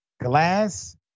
Glass